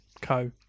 Co